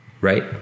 right